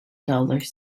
dollars